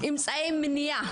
אמצעי מניעה,